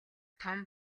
том